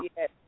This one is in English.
Yes